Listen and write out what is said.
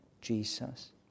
Jesus